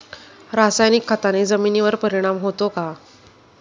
रासायनिक खताने जमिनीवर परिणाम होतो का?